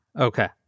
Okay